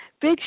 big